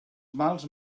mals